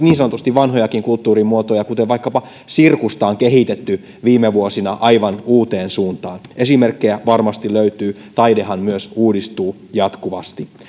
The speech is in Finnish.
niin sanotusti vanhojakin kulttuurin muotoja kuten vaikkapa sirkusta on kehitetty viime vuosina aivan uuteen suuntaan esimerkkejä varmasti löytyy taidehan myös uudistuu jatkuvasti